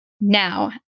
now